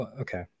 okay